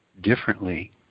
differently